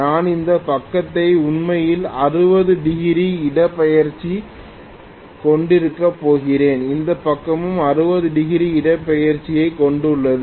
நான் இந்த பக்கத்தை உண்மையில் 60 டிகிரி இடப்பெயர்ச்சியைக் கொண்டிருக்கப் போகிறேன் இந்த பக்கமும் 60 டிகிரி இடப்பெயர்ச்சியைக் கொண்டுள்ளது